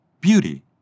beauty